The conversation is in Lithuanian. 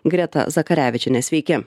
greta zakarevičiene sveiki